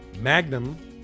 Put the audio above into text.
Magnum